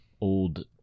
old